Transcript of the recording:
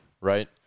Right